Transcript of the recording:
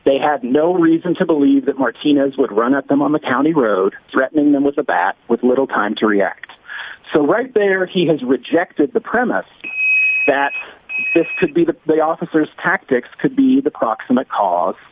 they had no reason to believe that martinez would run at them on the county road threatening them with a bat with little time to react so right there he has rejected the premise that this could be the officers tactics could be the proximate cause